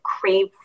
crave